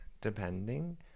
depending